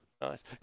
nice